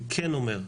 אני כן אומר,